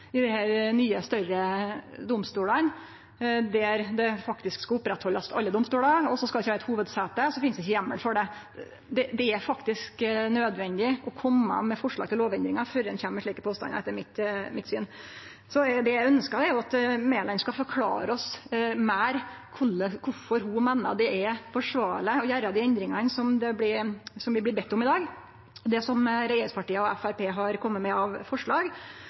og så finst det ikkje heimel for det. Det er faktisk nødvendig å kome med forslag til lovendringar før ein kjem med slike påstandar, etter mitt syn. Det eg ønskjer, er at statsråd Mæland skal forklare oss meir om kvifor ho meiner det er forsvarleg å gjere dei endringane vi blir bedde om i dag – det regjeringspartia og Framstegspartiet har kome med av forslag.